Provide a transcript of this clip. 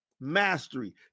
mastery